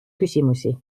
küsimusi